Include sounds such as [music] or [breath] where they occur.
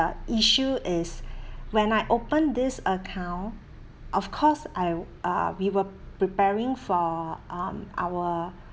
the issue is [breath] when I open this account of course I uh we were preparing for um our